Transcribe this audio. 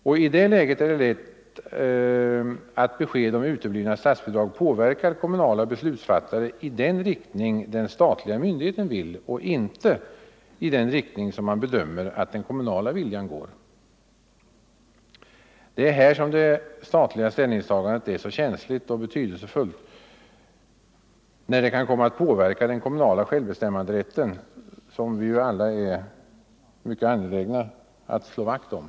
I ett sådant läge är det lätt att besked om uteblivna statsbidrag påverkar kommunala beslutsfattare i den riktning den statliga myndigheten vill och inte i den riktning som man bedömer att den kommunala viljan går. Det är här som det statliga ställningstagandet är så känsligt och betydelsefullt eftersom det kan komma att påverka den kommunala självbestämmanderätten som vi alla är mycket angelägna att slå vakt om.